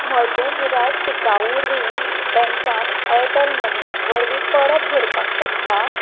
म्हजें गिरायक टिकाऊ रीण बँकांत ऍरटॅल मनी वरवीं परत भरपाक शकता